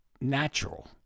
natural